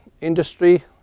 industry